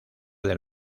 del